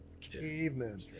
cavemen